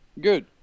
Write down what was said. good